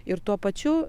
ir tuo pačiu